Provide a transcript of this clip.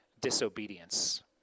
disobedience